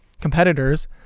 competitors